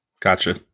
Gotcha